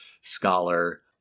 scholar